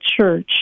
Church